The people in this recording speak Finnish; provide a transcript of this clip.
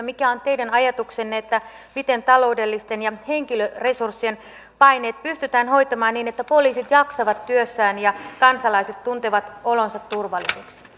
mikä on teidän ajatuksenne miten taloudelliset ja henkilöresurssien paineet pystytään hoitamaan niin että poliisit jaksavat työssään ja kansalaiset tuntevat olonsa turvalliseksi